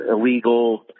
illegal